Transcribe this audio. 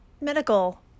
medical